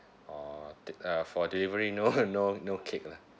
orh de~ uh for delivery no no no cake lah